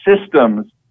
systems